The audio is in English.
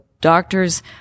doctors